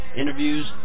interviews